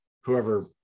whoever